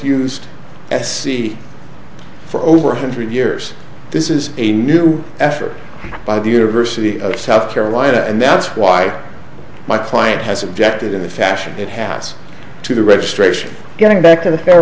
used se for over one hundred years this is a new effort by the university of south carolina and that's why my client has objected in the fashion it has to the registration getting back to the fair